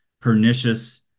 pernicious